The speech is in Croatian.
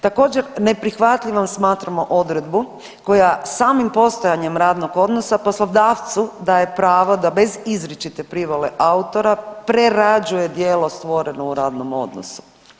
Također neprihvatljivom smatramo odredbu koja samim postojanjem radnog odnosa poslodavcu daje pravo da bez izričite privole autora prerađuje djelo stvoreno u radnom odnosu.